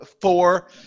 four